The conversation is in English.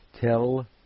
tell